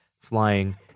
Flying